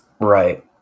Right